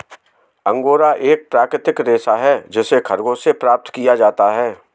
angora एक प्राकृतिक रेशा है जिसे खरगोश से प्राप्त किया जाता है